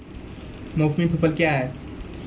मौसमी फसल क्या हैं?